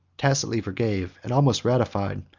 tacitly forgave, and almost ratified,